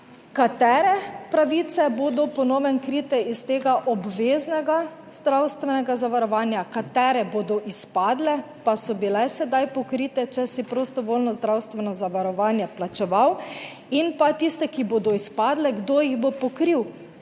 katere pravice bodo po novem krite iz tega obveznega zdravstvenega zavarovanja, katere bodo izpadle pa so bile sedaj pokrite, če si prostovoljno zdravstveno zavarovanje plačeval. In pa tiste, ki bodo izpadle, kdo jih bo pokril?